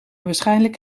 waarschijnlijk